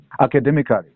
academically